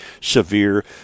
severe